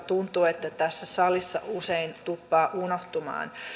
tuntuu että se tässä salissa usein tuppaa unohtumaan